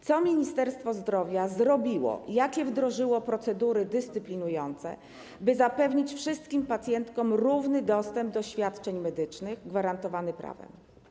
Co Ministerstwo Zdrowia zrobiło, jakie wdrożyło procedury dyscyplinujące, by zapewnić wszystkim pacjentkom równy dostęp do świadczeń medycznych gwarantowany prawem?